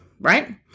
right